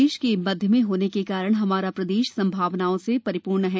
देश के मध्य में होने के कारण हमारा प्रदेश संभावनाओं से परिपूर्ण है